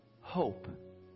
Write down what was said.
hope